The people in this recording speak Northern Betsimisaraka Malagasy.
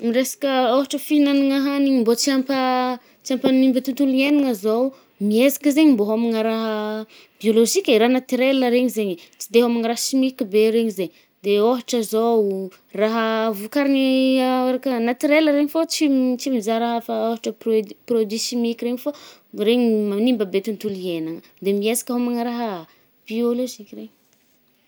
Miresaka ôhatra fihinanagna hanigny mbô tsy ampa tsy ampanimba tontolo iainagna zao, miezaka zaigny mbô hômagna raha biologique e, raha naturel regny zaigny. Tsy de hômagna raha simîky be zay. De ôhatra zao raha vokarin’ny raka naturel regny fô tsy tsy mizah raha hafa preudi-produit chimique regny fô ah, regny manimba be tontolo iainagna. De miezaka hômagna raha biôlôzika regny.